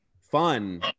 fun